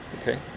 Okay